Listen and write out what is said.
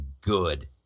good